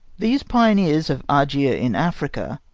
these pioners of argier in africa,